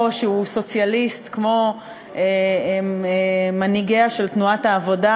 או שהוא סוציאליסט כמו מנהיגיה של תנועת העבודה,